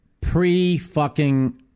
pre-fucking